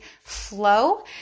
flow